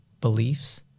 beliefs